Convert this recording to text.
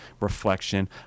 reflection